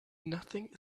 nothing